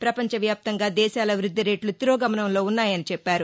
పపంచ వ్యాప్తంగా దేశాల వృద్దిరేట్లు తిరోగమనంలో ఉన్నాయని చెప్పారు